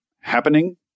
happening